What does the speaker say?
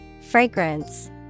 Fragrance